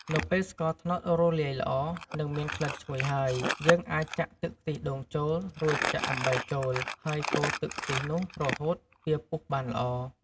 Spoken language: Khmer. នៅពេលស្ករត្នោតរលាយល្អ និងមានក្លិនឈ្ងុយហើយ យើងអាចចាក់ទឹកខ្ទិះដូងចូល រួចចាក់អំបិលចូល ហើយកូរទឹកខ្ទិះនោះរហូតវាពុះបានល្អ។